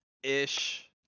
Ish